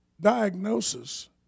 diagnosis